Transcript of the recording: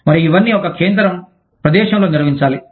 మరియు ఇవన్నీ ఒక కేంద్ర ప్రదేశంలో నిర్వహించాలి